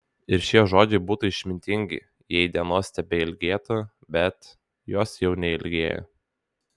ir šie žodžiai būtų išmintingi jei dienos tebeilgėtų bet jos jau neilgėja